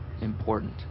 important